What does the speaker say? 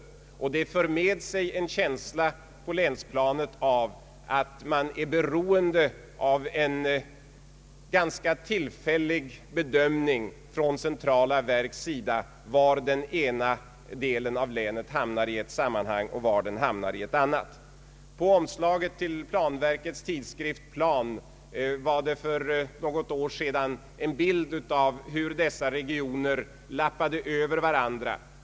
På länsplanet för detta med sig en känsla av att man är beroende av en ganska tillfällig bedömning från centrala verks sida i fråga om var den ena delen av länet hamnar i ett sammanhang och var den andra hamnar i ett annat sammanhang. På omslaget till planverkets tidskrift Plan fanns för något år sedan en bild av hur dessa regioner lappade över varandra.